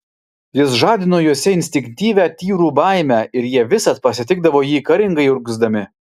jis žadino juose instinktyvią tyrų baimę ir jie visad pasitikdavo jį karingai urgzdami